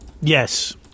Yes